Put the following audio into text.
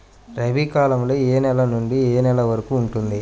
రబీ కాలం ఏ నెల నుండి ఏ నెల వరకు ఉంటుంది?